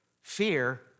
Fear